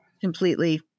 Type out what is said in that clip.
completely